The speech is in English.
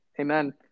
Amen